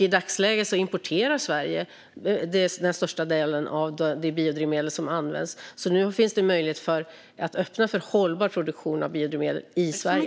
I dagsläget importerar Sverige största delen av det biodrivmedel som används. Nu finns det möjlighet att öppna för hållbar produktion av biodrivmedel i Sverige.